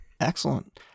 Excellent